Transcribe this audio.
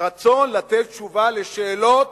רצון לתת תשובה על שאלות